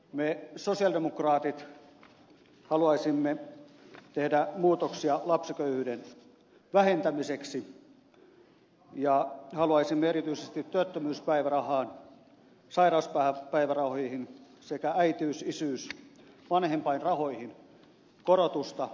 me sosialidemokraatit haluaisimme tehdä muutoksia lapsiköyhyyden vähentämiseksi ja haluaisimme erityisesti työttömyyspäivärahaan sairauspäivärahoihin sekä äitiys isyys ja vanhempainrahoihin korotusta